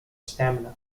stamina